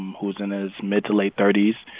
who's in his mid to late thirty s,